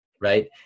Right